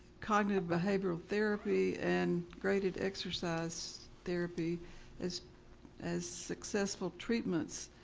cognitive behavioral therapy and grayed exercise therapy as as successful treatments